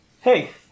Hey